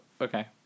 okay